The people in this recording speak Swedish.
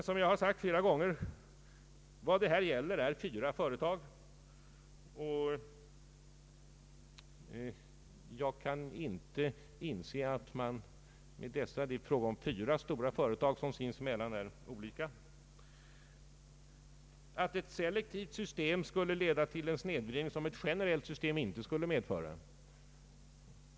Som jag tidigare framhållit gäller det här fyra stora företag som sinsemellan är olika, och jag kan inte inse att ett selektivt system skulle leda till en snedvridning, som ett generellt sysiem inte skulle medföra.